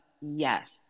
Yes